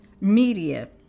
media